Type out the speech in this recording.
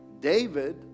David